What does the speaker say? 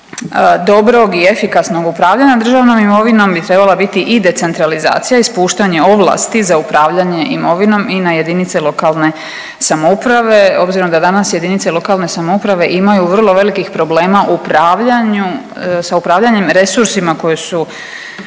dobrog i efikasnog upravljanja državnom imovinom bi trebala biti i decentralizacija, ispuštanje ovlasti za upravljanje imovinom i na jedinice lokalne samouprave obzirom da danas jedinice lokalne samouprave imaju vrlo velikih problema sa upravljanjem resursima koji su